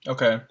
Okay